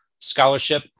scholarship